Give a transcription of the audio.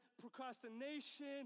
procrastination